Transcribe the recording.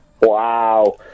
Wow